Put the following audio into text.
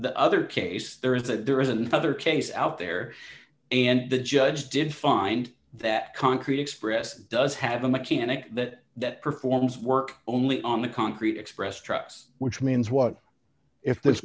the other case there is that there is another case out there and the judge did find that concrete express does have a mechanic that that performs work only on the concrete express trucks which means what if this